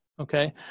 okay